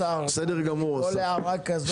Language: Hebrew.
השר, כל הערה כזו מצמצמת את זמן התשובות בסוף.